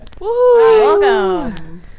Welcome